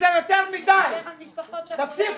חרפה.